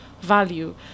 value